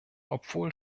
obwohl